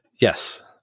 yes